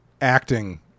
acting